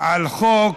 על חוק